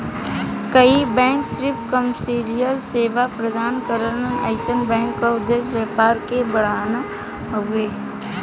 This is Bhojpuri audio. कई बैंक सिर्फ कमर्शियल सेवा प्रदान करलन अइसन बैंक क उद्देश्य व्यापार क बढ़ाना हउवे